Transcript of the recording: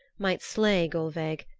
might slay gulveig,